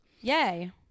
Yay